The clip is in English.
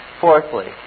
Fourthly